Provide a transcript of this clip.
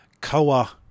Koa